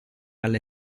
alle